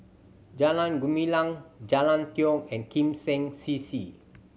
Jalan Gumilang Jalan Tiong and Kim Seng C C